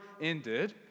ended